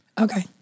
Okay